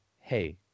Hey